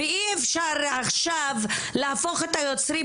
ואי אפשר עכשיו להפוך את היוצרות,